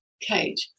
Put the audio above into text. Kate